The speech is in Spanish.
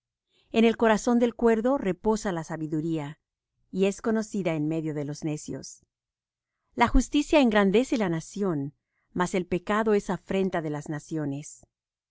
en el corazón del cuerdo reposa la sabiduría y es conocida en medio de los necios la justicia engrandece la nación mas el pecado es afrenta de las naciones la